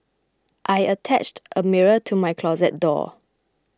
I attached a mirror to my closet door